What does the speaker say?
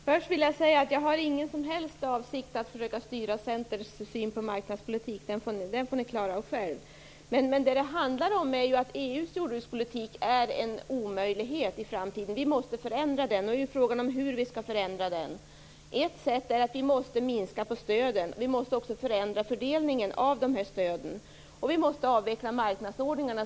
Fru talman! Jag har alls inte för avsikt att försöka styra Centerns syn på marknadspolitiken. Den saken får ni själva klara av. Vad det handlar om är att EU:s jordbrukspolitik kommer att vara en omöjlighet i framtiden. Vi måste alltså förändra den. Då är frågan hur vi skall förändra den. Ett sätt är att vi minskar på stöden. Vidare måste vi förändra fördelningen av stöden och avveckla marknadsordningarna.